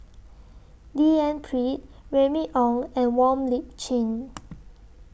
D N Pritt Remy Ong and Wong Lip Chin